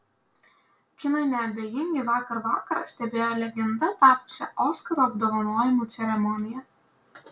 kinui neabejingi vakar vakarą stebėjo legenda tapusią oskarų apdovanojimų ceremoniją